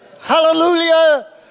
hallelujah